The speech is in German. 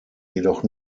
jedoch